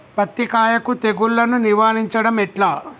పత్తి కాయకు తెగుళ్లను నివారించడం ఎట్లా?